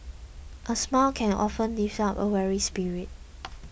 a smile can often lift up a weary spirit